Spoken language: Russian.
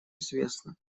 известна